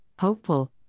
hopeful